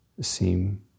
seem